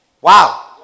Wow